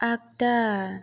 आगदा